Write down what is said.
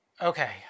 Okay